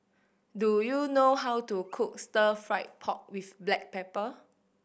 do you know how to cook Stir Fried Pork With Black Pepper